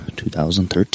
2013